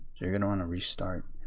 you are going to want to restart,